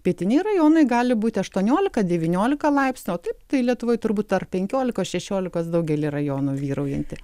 pietiniai rajonai gali būti aštuoniolika devyniolika laipsnių o taip tai lietuvoj turbūt tarp penkiolikos šešiolikos daugelyje rajonų vyraujanti